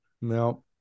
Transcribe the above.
No